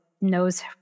knows